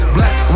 Black